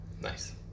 Nice